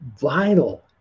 vital